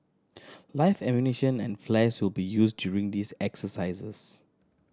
live ammunition and flares will be used during these exercises